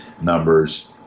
numbers